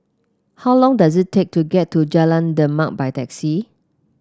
how long does it take to get to Jalan Demak by taxi